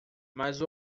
mas